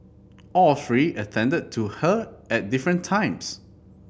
all three attended to her at different times